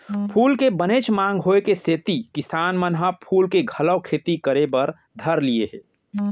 फूल के बनेच मांग होय के सेती किसान मन ह फूल के घलौ खेती करे बर धर लिये हें